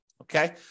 Okay